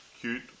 Cute